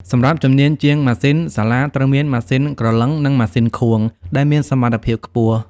សម្រាប់ជំនាញ ជាងម៉ាស៊ីន សាលាត្រូវមាន ម៉ាស៊ីនក្រឡឹង និង ម៉ាស៊ីនខួង ដែលមានសមត្ថភាពខ្ពស់។